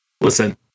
Listen